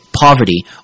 poverty